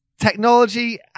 technology